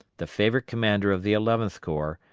the favorite commander of the eleventh corps,